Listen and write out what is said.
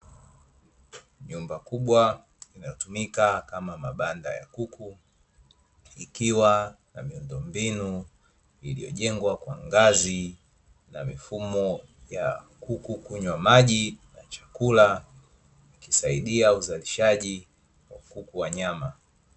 Nyumba kubwa inayotumika kama mabanda ya kuku ikiwa na miundombinu iliyojengwa kwa ngazi na mifumo ya kuku kunywa maji na chakula ikisaidia uzalishaji wa kuku wa nyama.